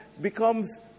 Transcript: becomes